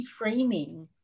Reframing